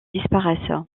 disparaisse